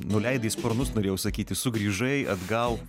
nuleidai sparnus norėjau sakyti sugrįžai atgal